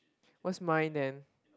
what's mine then